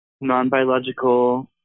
non-biological